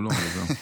כולו וזהו.